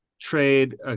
trade